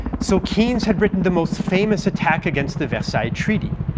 so keynes had written the most famous attack against the versailles treaty,